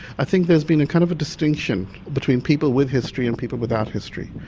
i think there's been a kind of a distinction between people with history and people without history.